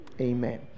Amen